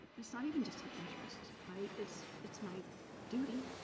it's not even just an interest, right. it's it's my duty.